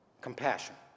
compassion